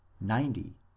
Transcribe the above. ninety